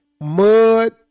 mud